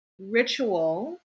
ritual